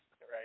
right